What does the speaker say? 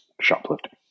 shoplifting